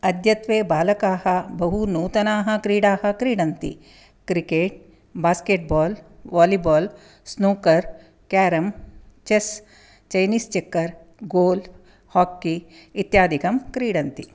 अद्यत्वे बालकाः बहु नूतनाः क्रीडाः क्रीडन्ति cricket basketball volleyball snooker carrom chess Chinese checkers गोल् हाकि इत्यादिकं क्रीडन्ति